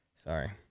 Sorry